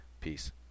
Peace